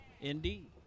Indeed